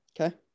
Okay